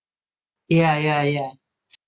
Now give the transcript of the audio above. ya ya ya